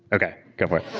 okay. go